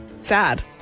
sad